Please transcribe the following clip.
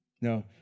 No